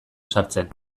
sartzen